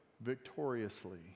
victoriously